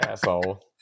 asshole